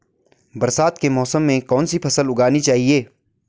बरसात के मौसम में कौन सी फसल उगानी चाहिए?